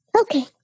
Okay